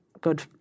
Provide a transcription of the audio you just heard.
good